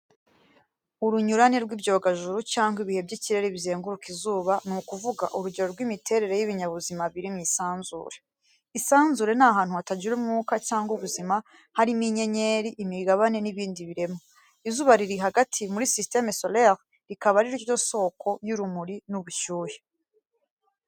Urunyurane rw’ibyogajuru cyangwa ibihe by’ikirere bizenguruka izuba, ni ukuvuga urugero rw’imiterere y’ibinyabuzima biri mu isanzure. Isanzure ni hantu hatagira umwuka cyangwa ubuzima, harimo inyenyeri, imigabane n’ibindi biremwa. Izuba riri hagati muri système solaire, rikaba ari ryo soko y’urumuri n’ubushyuhe.